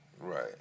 Right